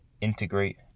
integrate